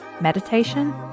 meditation